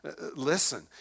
Listen